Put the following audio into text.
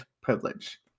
privilege